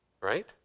right